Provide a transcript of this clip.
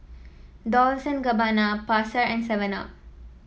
Dolce and Gabbana Pasar and Seven Up